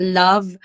love